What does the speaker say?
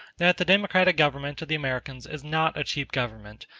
that the democratic government of the americans is not a cheap government,